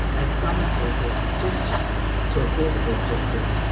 as some sort of gesture to a political objective,